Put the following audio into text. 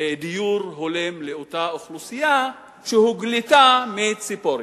לדיור הולם לאותה אוכלוסייה שהוגלתה מציפורי.